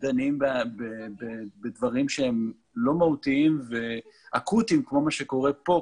שדנים בדברים שהם לא מהותיים ואקוטיים כמו שקורה כאן.